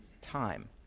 time